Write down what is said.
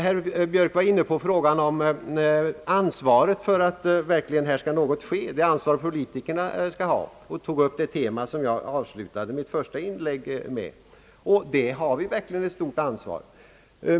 Herr Björk tog upp det tema som jag avslutade mitt första inlägg med, nämligen att politikerna har ett stort ansvar för att någonting verkligen sker.